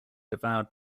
devoured